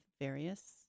various